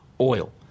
oil